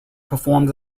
performed